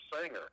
singer